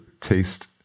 taste